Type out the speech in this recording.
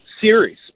series